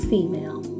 Female